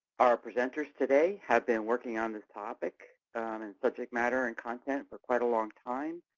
our presenters today have been working on this topic and subject matter and content for quite a long time.